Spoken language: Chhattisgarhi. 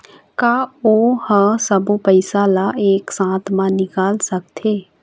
का ओ हर सब्बो पैसा ला एक साथ म निकल सकथे?